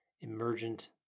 emergent